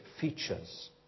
features